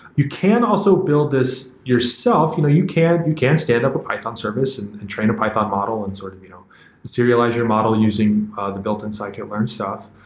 you can also build this yourself. you know you can you can stand up a python service and and train a python model and sort of you know serialize your model using ah the built-in scikit-learn stuff.